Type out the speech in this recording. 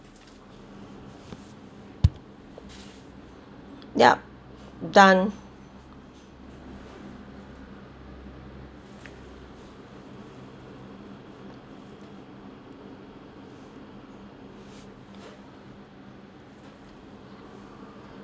yup done